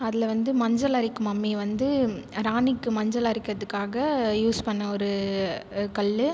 அதில் வந்து மஞ்சள் அரைக்கும் அம்மி வந்து ராணிக்கு மஞ்சள் அரைக்கிறதுக்காக யூஸ் பண்ணிண ஒரு கல்